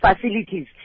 facilities